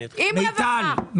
עם הרווחה.